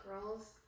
girls